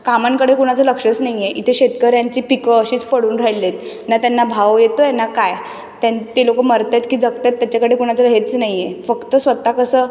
कामांकडे कुणाचं लक्षच नाही आहे इथे शेतकऱ्यांची पिकं अशीच पडून राहिलेत ना त्यांना भाव येतो आहे ना काय त्यां ते लोकं मरत आहेत की जगत आहेत त्याच्याकडे कुणाचं हेच नाही आहे फक्त स्वतः कसं